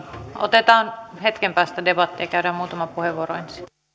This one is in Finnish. otetaan hetken päästä debattia käydään muutama puheenvuoro